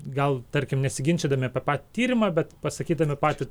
gal tarkim nesiginčydami apie patį tyrimą bet pasakydami patį